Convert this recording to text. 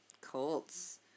Colts